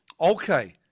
Okay